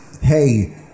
hey